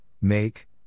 make